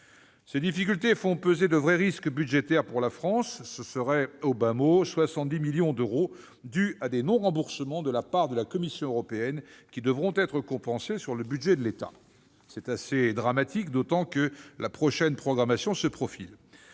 Ces difficultés font peser de vrais risques budgétaires pour la France : au bas mot, 70 millions d'euros dus à des non-remboursements de la part de la Commission européenne devraient être compensés sur le budget de l'État. C'est assez dramatique, d'autant que la prochaine programmation se profile.